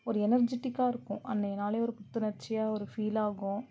ஒரு எனர்ஜிட்டிக்காக இருக்கும் அன்றைய நாளே ஒரு புத்துணர்ச்சியாக ஒரு ஃபீல் ஆகும்